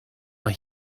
mae